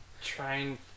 trying